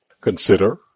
Consider